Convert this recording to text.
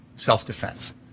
self-defense